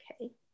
Okay